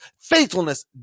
faithfulness